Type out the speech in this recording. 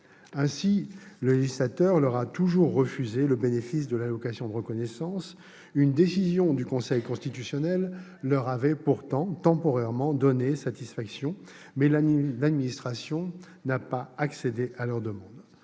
Ainsi, le législateur leur a toujours refusé le bénéfice de l'allocation de reconnaissance. Une décision du Conseil constitutionnel leur avait pourtant temporairement donné satisfaction, mais l'administration n'a pas accédé à leurs demandes.